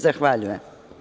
Zahvaljujem.